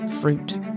fruit